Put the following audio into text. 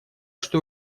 что